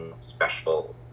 special